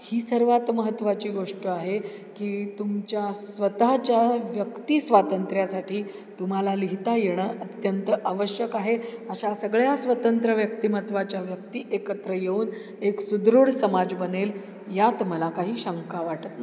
ही सर्वात महत्त्वाची गोष्ट आहे की तुमच्या स्वतःच्या व्यक्तिस्वातंत्र्यासाठी तुम्हाला लिहिता येणं अत्यंत आवश्यक आहे अशा सगळ्या स्वतंत्र व्यक्तिमत्त्वाच्या व्यक्ती एकत्र येऊन एक सुदृढ समाज बनेल यात मला काही शंका वाटत